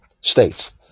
states